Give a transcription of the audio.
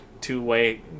two-way